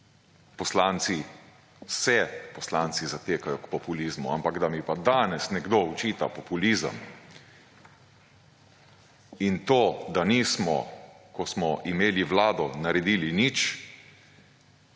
poslanci se poslanci zatekajo k populizmu, ampak, da mi pa danes nekdo očita populizem in to, da nismo, ko smo imeli Vlado naredili nič